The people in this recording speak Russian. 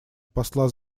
посла